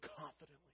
confidently